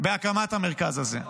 בהקמת המרכז הזה.